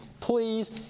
please